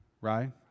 right